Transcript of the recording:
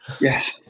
Yes